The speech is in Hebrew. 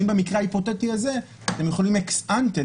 האם במקרה ההיפותטי הזה אתם יכולים אקס אנטה,